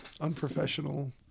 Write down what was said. unprofessional